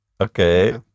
okay